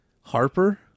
Harper